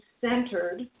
centered